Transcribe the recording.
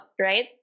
right